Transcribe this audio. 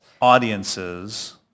audiences